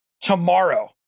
tomorrow